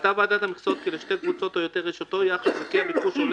ראתה ועדת המכסות כי לשתי קבוצות או יותר יש אותו יחס וכי הביקוש עולה